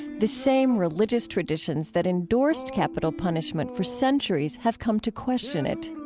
the same religious traditions that endorsed capital punishment for centuries have come to question it.